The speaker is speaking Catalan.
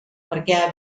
perquè